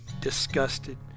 disgusted